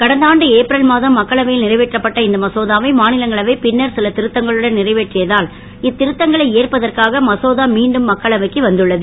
கடந்தாண்டு ஏப்ரல் மாதம் மக்களவையில் நிறைவேற்றப்பட்ட இந்த மசோதாவை மாநிலங்களவை பின்னர் சில திருத்தங்களுடன் நிறைவேற்றியதால் இத்திருத்தங்களை ஏற்பதற்காக மசோதா மீண்டும் மக்களவைக்கு வந்துள்ளது